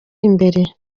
imbere